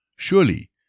Surely